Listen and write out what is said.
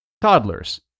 Toddlers